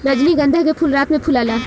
रजनीगंधा के फूल रात में फुलाला